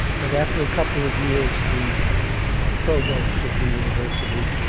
but after a couple of years, the provost of the university